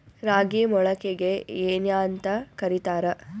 ರಾಗಿ ಮೊಳಕೆಗೆ ಏನ್ಯಾಂತ ಕರಿತಾರ?